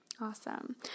Awesome